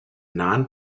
non